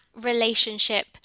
relationship